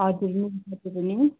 हजुर मिल्छ त्यो पनि